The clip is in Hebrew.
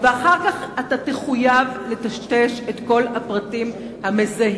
ואחר כך תחויב על-פי חוק לטשטש את כל הפרטים המזהים.